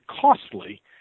costly